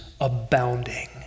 abounding